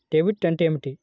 Debit అంటే ఏమిటి?